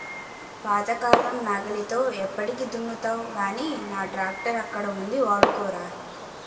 పాతకాలం నాగలితో ఎప్పటికి దున్నుతావ్ గానీ నా ట్రాక్టరక్కడ ఉంది వాడుకోరా